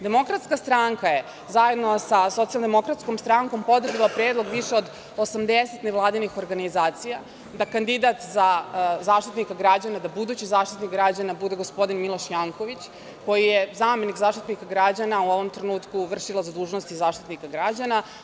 Demokratska stranka je zajedno sa Socijaldemokratskom strankom podržala predlog više od 80 nevladinih organizacija da kandidat za Zaštitnika građana, da budući Zaštitnik građana bude gospodin Miloš Janković, koji je zamenik Zaštitnika građana, a u ovom trenutku vršilac dužnosti Zaštitnika građana.